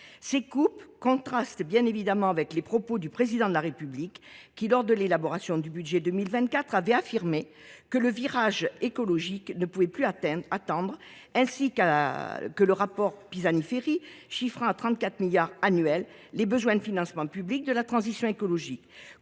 Ces coupes contrastent avec les propos du Président de la République, qui, lors de l’élaboration du budget pour 2024, a affirmé que le virage écologique ne pouvait plus attendre, ainsi qu’avec le rapport Pisani Ferry chiffrant à 34 milliards d’euros annuels les besoins en financement public de la transition écologique.